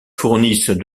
fournissent